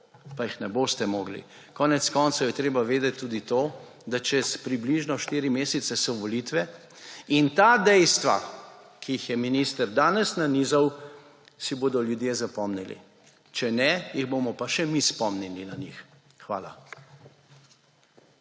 pa jih ne boste mogli. Konec koncev je treba vedeti tudi to, da čez približno štiri mesece so volitve in ta dejstva, ki jih je minister danes nanizal, si bodo ljudje zapomnili; če ne, jih bomo pa še mi spomnili na njih. Hvala.